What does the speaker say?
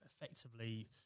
effectively